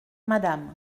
madame